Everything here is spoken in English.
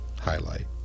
Highlight